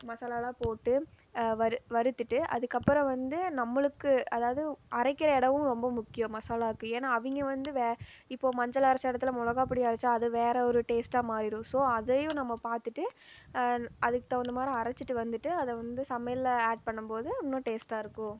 மசாலாயெலாம் போட்டு வறுத்துட்டு அதுக்கு அப்புறம் வந்து நம்மளுக்கு அதாவது அரைக்கிற இடமும் ரொம்ப முக்கியம் மசாலாக்கு ஏன்னால் அவங்க வந்து வேறு இப்போது மஞ்சள் அரைச்ச இடத்துல மிளகா பொடி அரைச்சா அது வேறு ஒரு டேஸ்ட்டாக மாறிவிடும் ஸோ அதையும் நம்ம பார்த்துட்டு அதுக்கு தகுந்த மாதிரி அரைச்சிட்டு வந்துட்டு அதை வந்து சமையலில் ஆட் பண்ணும் போது இன்னும் டேஸ்ட்டாயிருக்கும்